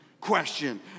question